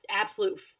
absolute